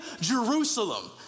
Jerusalem